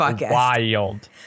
wild